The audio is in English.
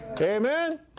amen